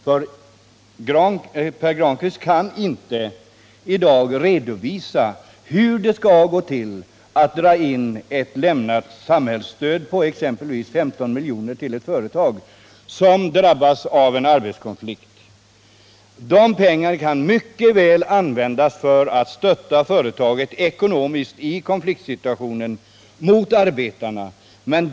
Men Per Granstedt kan inte i dag redovisa hur det skall gå till att dra in ett lämnat samhällsstöd på exempelvis 15 miljoner till ett företag som drabbas av en arbetskonflikt. De pengarna kan mycket väl användas för att stötta företaget ekonomiskt i konfliktsituationen.